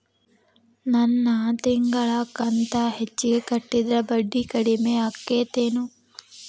ನನ್ ತಿಂಗಳ ಕಂತ ಹೆಚ್ಚಿಗೆ ಕಟ್ಟಿದ್ರ ಬಡ್ಡಿ ಕಡಿಮಿ ಆಕ್ಕೆತೇನು?